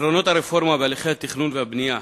עקרונות הרפורמה בהליכי התכנון והבנייה,